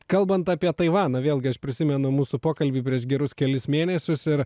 kalbant apie taivaną vėlgi aš prisimenu mūsų pokalbį prieš gerus kelis mėnesius ir